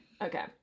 Okay